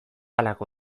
halako